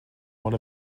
one